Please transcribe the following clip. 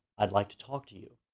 i'd like to talk to you.